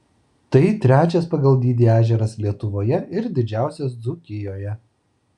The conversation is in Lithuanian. tai trečias pagal dydį ežeras lietuvoje ir didžiausias dzūkijoje